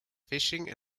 fishing